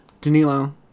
Danilo